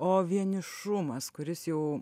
o vienišumas kuris jau